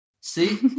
see